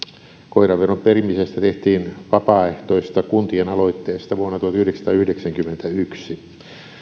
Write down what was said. koiraveron perimisestä tehtiin vapaaehtoista kuntien aloitteesta vuonna tuhatyhdeksänsataayhdeksänkymmentäyksi